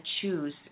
choose